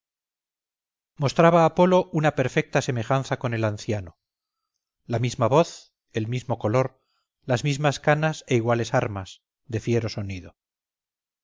mostraba apolo una perfecta semejanza con el anciano la misma voz el mismo color las mismas canas e iguales armas de fiero sonido